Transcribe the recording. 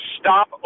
stop